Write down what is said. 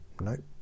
Nope